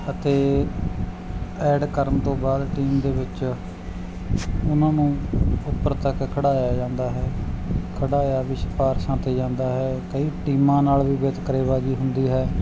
ਅਤੇ ਐਡ ਕਰਨ ਤੋਂ ਬਾਅਦ ਟੀਮ ਦੇ ਵਿੱਚ ਉਹਨਾਂ ਨੂੰ ਉੱਪਰ ਤੱਕ ਖਿਡਾਇਆ ਜਾਂਦਾ ਹੈ ਖਿਡਾਇਆ ਵੀ ਸ਼ਿਫਾਰਿਸ਼ਾਂ 'ਤੇ ਜਾਂਦਾ ਹੈ ਕਈ ਟੀਮਾਂ ਨਾਲ ਵੀ ਵਿਤਕਰੇਬਾਜ਼ੀ ਹੁੰਦੀ ਹੈ